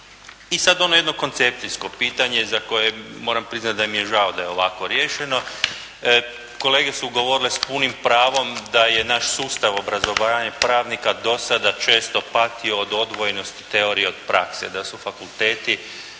I sad ono jedno koncepcijsko pitanje za koje moram priznati da mi je žao da je ovako riješeno. Kolege su govorile s punim pravom da je naš sustav obrazovanja pravnika do sada često patio od odvojenosti teorije od prakse, da su fakulteti